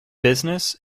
business